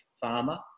farmer